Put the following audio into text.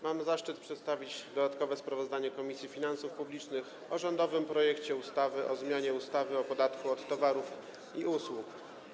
Mam zaszczyt przedstawić dodatkowe sprawozdanie Komisji Finansów Publicznych o rządowym projekcie ustawy o zmianie ustawy o podatku od towarów i usług.